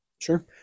Sure